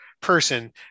person